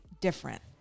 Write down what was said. different